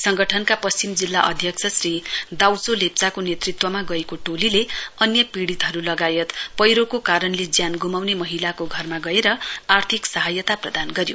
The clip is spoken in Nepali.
संगठनका पश्चिम जिल्ला अध्यक्ष श्री दाउयो लेप्चाको नेतृत्वमा गएको टोलीले अन्य पीडितहरू लगायत पैह्रोको कारणले ज्यान ग्माउने महिलाको घरमा गएर आर्थिक सहायता प्रदान गर्यो